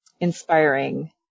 inspiring